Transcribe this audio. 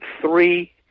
three